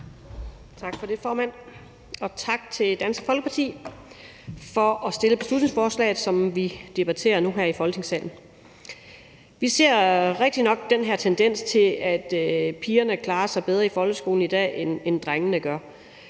Tak for det, formand, og tak til Dansk Folkeparti for at fremsætte beslutningsforslaget, som vi debatterer nu her i Folketingssalen. Det er rigtigt nok, at vi ser den her tendens til, at pigerne i dag klarer sig bedre i folkeskolen, end drengene gør.